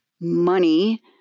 money